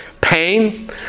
pain